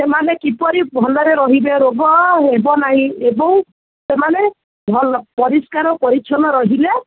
ସେମାନେ କିପରି ଭଲରେ ରହିବେ ରୋଗ ହେବ ନାହିଁ ଏବଂ ସେମାନେ ଭଲ ପରିଷ୍କାର ପରିଚ୍ଛନ୍ନ ରହିଲେ